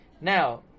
Now